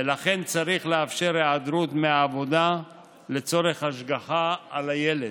ולכן צריך לאפשר היעדרות מהעבודה לצורך השגחה על הילד.